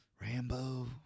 Rambo